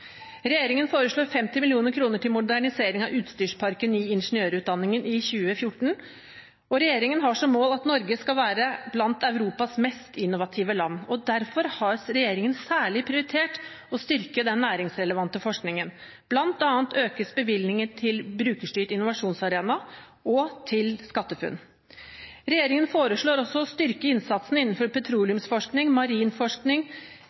Regjeringen foreslår 50 mill. kr til modernisering av utstyrsparken i ingeniørutdanningen i 2014, og regjeringen har som mål at Norge skal være blant Europas mest innovative land. Derfor har regjeringen særlig prioritert å styrke den næringsrelevante forskningen, bl.a. økes bevilgningen til Brukerstyrt innovasjonsarena og til SkatteFUNN. Regjeringen foreslår også å styrke innsatsen innenfor